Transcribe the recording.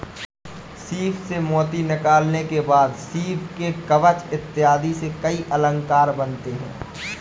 सीप से मोती निकालने के बाद सीप के कवच इत्यादि से कई अलंकार बनते हैं